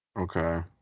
Okay